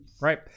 Right